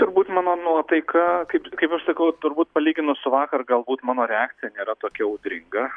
turbūt mano nuotaika kaip kaip aš sakau turbūt palyginus su vakar galbūt mano reakcija nėra tokia audringa